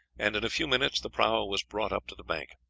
and in a few minutes the prahu was brought up to the bank.